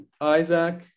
Isaac